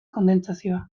kondentsazioa